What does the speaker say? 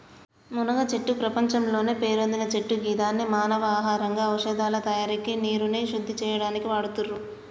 మునగచెట్టు ప్రపంచంలోనే పేరొందిన చెట్టు గిదాన్ని మానవ ఆహారంగా ఔషదాల తయారికి నీరుని శుద్ది చేయనీకి వాడుతుర్రు